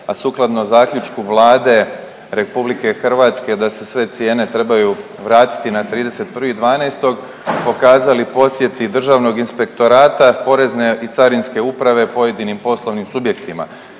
a sukladno Zaključku Vlade RH da se sve cijene trebaju vratiti na 31.12. pokazali posjeti Državnog inspektorata, Porezne i Carinske uprave pojedinim poslovnim subjektima.